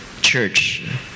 church